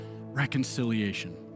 reconciliation